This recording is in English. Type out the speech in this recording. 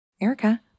Erica